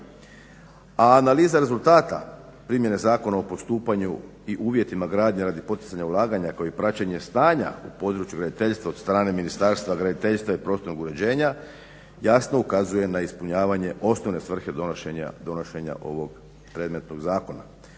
A analiza rezultata primjene Zakona o postupanju i uvjetima gradnje radi poticanja ulaganja kao i praćenje stanja u području graditeljstva od strane Ministarstva graditeljstva i prostornog uređenja, jasno ukazuje na ispunjavanje osnovne svrhe donošenja ovog predmetnog zakona.